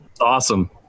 Awesome